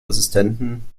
assistenten